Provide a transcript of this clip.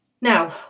Now